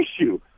issue